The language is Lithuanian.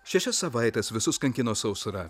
šešias savaites visus kankino sausra